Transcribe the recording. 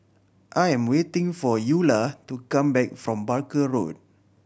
I am waiting for Eula to come back from Barker Road